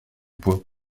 poids